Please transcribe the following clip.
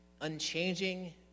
unchanging